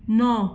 नौ